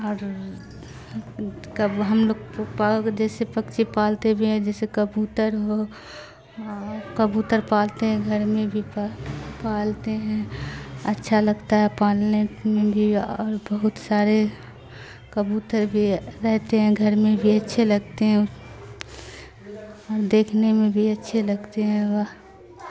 اورب ہم لوگ پ جیسے پکچی پالتے بھی ہیں جیسے کبوتر ہو کبوتر پالتے ہیں گھر میں بھی پالتے ہیں اچھا لگتا ہے پالنے میں بھی اور بہت سارے کبوتر بھی رہتے ہیں گھر میں بھی اچھے لگتے ہیں اور دیکھنے میں بھی اچھے لگتے ہیں وہ